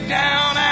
down